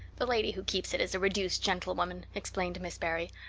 the lady who keeps it is a reduced gentlewoman, explained miss barry.